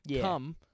come